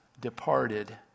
departed